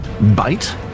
bite